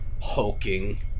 hulking